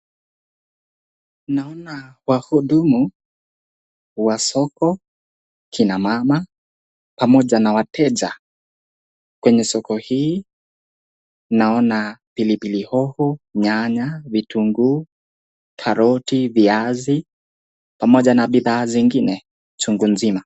Naona wahudumu wa soko , kina mama pamoja na wateja . Kwenye soko hii naona pili pili hoho, nyanya, vitunguu, karoti, viazi, pamoja na bidhaa zingine chungu nzima